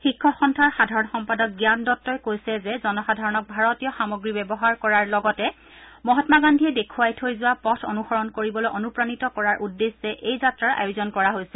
শিক্ষক সন্থাৰ সাধাৰণ সম্পাদক জ্ঞান দত্তই কৈছে যে জনসাধাৰণক ভাৰতীয় সামগ্ৰী ব্যৱহাৰ কৰাৰ লগতে মহামা গান্ধীয়ে দেখুওৱাই থৈ যোৱা পথ অনুসৰণ কৰিবলৈ অনুপ্ৰাণিত কৰাৰ উদ্দেশ্যে এই যাত্ৰাৰ আয়োজন কৰা হৈছে